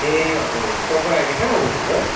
ए हजुर हजुर तपाईँ अहिले कहाँ हुनुहुन्छ